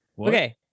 Okay